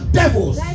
devils